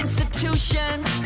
Institutions